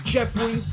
Jeffrey